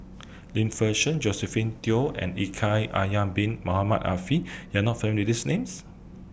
Lim Fei Shen Josephine Teo and Shaikh Yahya Bin Ahmed Afifi YOU Are not Find These Names